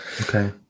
Okay